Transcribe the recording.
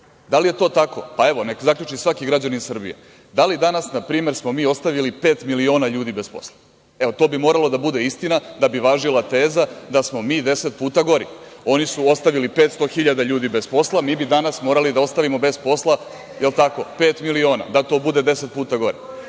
Da li je to tako? Pa, evo, neka zaključi svaki građanin Srbije. Da li smo danas, na primer, mi ostavili pet miliona ljudi bez posla? Evo, to bi morala da bude istina da bi važila teza da smo mi deset puta gori. Oni su ostavili 500 hiljada ljudi bez posla, a mi bi danas morali da ostavimo bez posla pet miliona, da bi to bilo deset puta